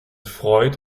freud